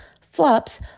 Flops